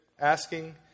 asking